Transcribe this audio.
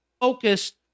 focused